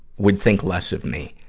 would think less of me.